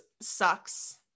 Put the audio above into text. sucks